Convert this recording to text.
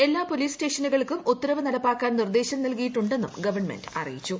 എല്ലാ പോലീസ് സ്റ്റേഷനുകൾക്കും ഉത്തരവ് നടപ്പാക്കാൻ നിർദ്ദേശം നൽകിയിട്ടൂൺ്ടെന്നും ഗവൺമെന്റ് അറിയിച്ചു